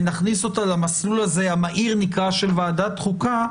ונכניס אותה למסלול המהיר של ועדת חוקה,